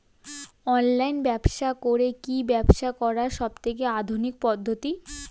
Online ব্যবসা করে কি ব্যবসা করার সবথেকে আধুনিক পদ্ধতি?